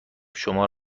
شما